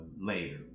later